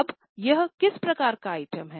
अब यह किस प्रकार का आइटम है